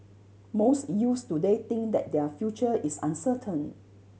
most youths today think that their future is uncertain